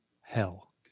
hell